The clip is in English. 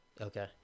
Okay